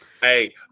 Hey